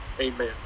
amen